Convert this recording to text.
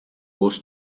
was